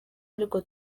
ariko